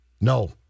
No